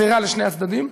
זה רע לשני הצדדים,